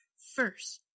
First